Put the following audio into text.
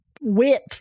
width